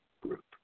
group